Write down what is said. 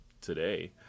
today